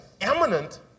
eminent